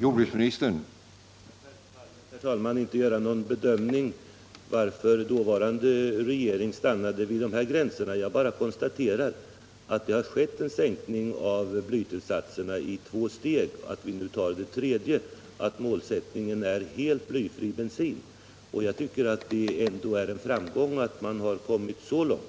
Herr talman! Jag kan självfallet inte göra någon bedömning av anledningen till att den dåvarande regeringen stannade vid ifrågavarande gränser, utan jag kan bara konstatera att blytillsatserna har sänkts i bensinen i två steg och att vi nu tar det tredje steget samt att vår målsättning är helt blyfri bensin. Jag tycker det är en framgång att man ändå har kommit så långt.